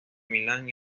milán